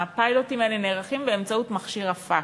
הפיילוטים האלה נערכים באמצעות מכשיר הפקס.